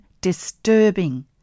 disturbing